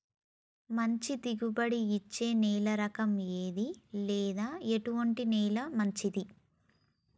మంచి దిగుబడి ఇచ్చే నేల రకం ఏది లేదా ఎటువంటి నేల మంచిది?